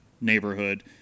neighborhood